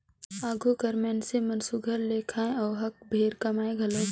आघु कर मइनसे मन सुग्घर ले खाएं अउ हक भेर कमाएं घलो